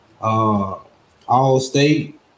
all-state